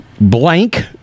blank